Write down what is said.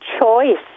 choice